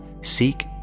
Seek